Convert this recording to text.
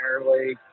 primarily